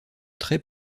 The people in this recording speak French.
très